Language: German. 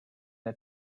der